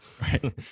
right